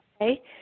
okay